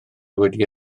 wedi